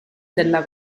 della